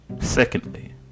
secondly